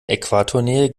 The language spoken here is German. äquatornähe